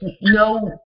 no